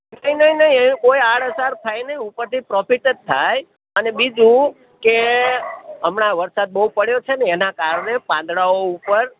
નહીં નહીં નહીં એવી કોઈ આડઅસર થાય નહીં ઉપરથી પ્રોફિટ જ થાય અને બીજું કે હમણાં આ વરસાદ બહું પડ્યો છે ને એનાં કારણે પાંદડાઓ ઉપર